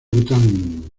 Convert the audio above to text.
bután